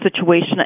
situation